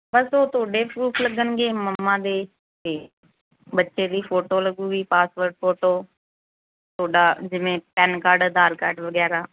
ਬਸ ਉਹ ਤੁਹਾਡੇ ਪਰੂਫ ਲੱਗਣਗੇ ਮੰਮਾ ਦੇ ਅਤੇ ਬੱਚੇ ਦੀ ਫੋਟੋ ਲੱਗੇਗੀ ਪਾਸਪੋਰਟ ਫੋਟੋ ਤੁਹਾਡਾ ਜਿਵੇਂ ਪੈੱਨ ਕਾਡ ਅਧਾਰ ਕਾਡ ਵਗੈਰਾ